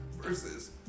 versus